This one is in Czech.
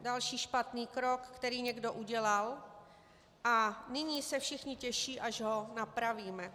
Další špatný krok, který někdo udělal, a nyní se všichni těší, až ho napravíme.